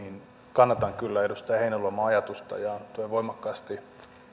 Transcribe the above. kannatan kyllä edustaja heinäluoman ajatusta ja tuen voimakkaasti